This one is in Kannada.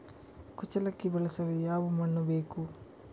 ಕುಚ್ಚಲಕ್ಕಿ ಬೆಳೆಸಲು ಯಾವ ಮಣ್ಣು ಬೇಕು?